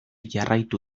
jarraitu